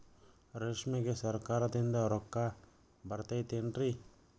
ರೇಷ್ಮೆಗೆ ಸರಕಾರದಿಂದ ರೊಕ್ಕ ಬರತೈತೇನ್ರಿ?